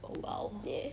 ya